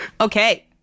Okay